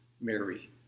Mary